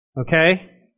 Okay